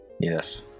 yes